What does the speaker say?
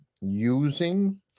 using